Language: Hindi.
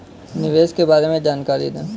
निवेश के बारे में जानकारी दें?